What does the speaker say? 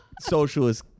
socialist